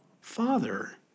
Father